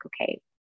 okay